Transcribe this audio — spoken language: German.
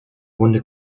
runde